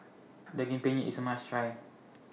Daging Penyet IS A must Try